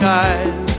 eyes